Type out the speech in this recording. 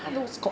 没有